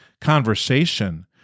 conversation